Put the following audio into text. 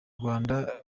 rwanda